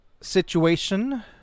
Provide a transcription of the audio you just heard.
situation